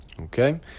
okay